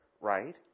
right